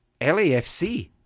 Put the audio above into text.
LAFC